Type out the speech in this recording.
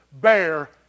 bear